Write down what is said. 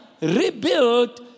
rebuilt